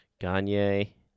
Gagne